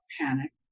panicked